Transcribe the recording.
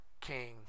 king